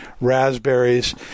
raspberries